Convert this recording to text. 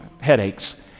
headaches